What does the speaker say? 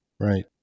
Right